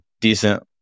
decent